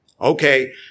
Okay